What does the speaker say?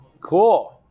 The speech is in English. Cool